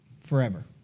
forever